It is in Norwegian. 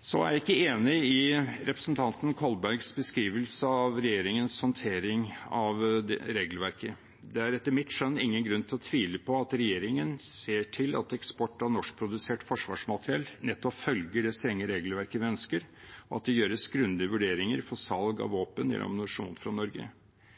Jeg er ikke enig i representanten Kolbergs beskrivelse av regjeringens håndtering av regelverket. Det er etter mitt skjønn ingen grunn til å tvile på at regjeringen ser til at eksport av norskprodusert forsvarsmateriell nettopp følger det strenge regelverket vi ønsker, og at det gjøres grundige vurderinger for salg av våpen eller ammunisjon fra Norge.